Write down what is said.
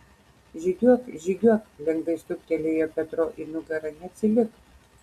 žygiuok žygiuok lengvai stuktelėjo petro į nugarą neatsilik